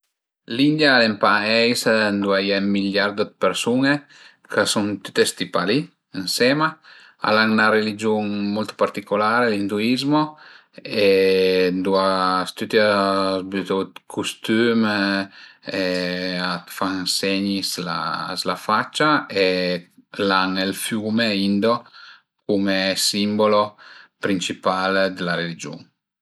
L'India al e ün pais ëndua a ie ün miliardo d'persun-e ch'a sun tüte stipà li ënsema, al an 'na religiun molto particolare, l'induizmo ëndua tüti a s'bütu d'custüm e a s'fan segni s'la faccia e al an ël fiume Indo cume simbolo principal d'la religiun